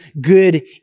good